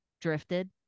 drifted